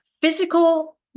physical